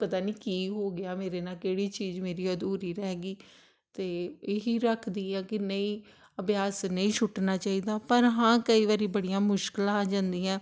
ਪਤਾ ਨਹੀਂ ਕੀ ਹੋ ਗਿਆ ਮੇਰੇ ਨਾਲ ਕਿਹੜੀ ਚੀਜ਼ ਮੇਰੀ ਅਧੂਰੀ ਰਹਿ ਗਈ ਅਤੇ ਇਹੀ ਰੱਖਦੀ ਆ ਕਿ ਨਹੀਂ ਅਭਿਆਸ ਨਹੀਂ ਛੁੱਟਣਾ ਚਾਹੀਦਾ ਪਰ ਹਾਂ ਕਈ ਵਾਰੀ ਬੜੀਆਂ ਮੁਸ਼ਕਿਲਾਂ ਆ ਜਾਂਦੀਆਂ